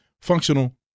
functional